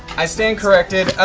i stand corrected.